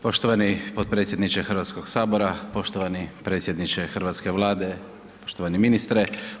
Poštovani potpredsjedniče Hrvatskog sabora, poštovani predsjedniče hrvatske Vlade, poštovani ministre.